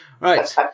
right